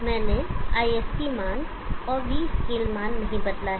मैंने ISC मान और Vscale मान नहीं बदला है